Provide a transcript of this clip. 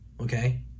okay